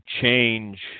change